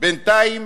בינתיים